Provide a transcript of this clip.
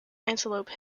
antelope